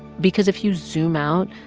because if you zoom out,